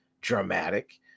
dramatic